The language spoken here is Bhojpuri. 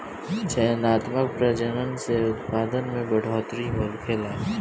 चयनात्मक प्रजनन से उत्पादन में बढ़ोतरी होखेला